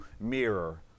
mirror